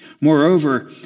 Moreover